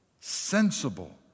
sensible